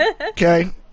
Okay